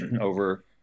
over